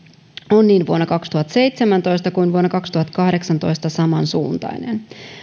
on niin vuonna kaksituhattaseitsemäntoista kuin vuonna kaksituhattakahdeksantoista samansuuntainen